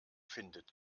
findet